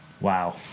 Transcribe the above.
Wow